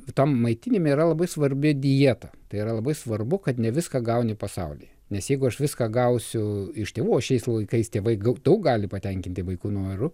tam maitinime yra labai svarbi dieta tai yra labai svarbu kad ne viską gauni pasaulyje nes jeigu aš viską gausiu iš tėvų o šiais laikais tėvai daug gali patenkinti vaikų norų